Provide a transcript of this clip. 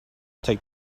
take